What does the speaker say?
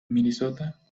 minnesota